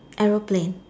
aeroplane